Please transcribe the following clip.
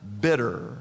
bitter